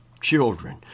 children